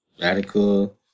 Radical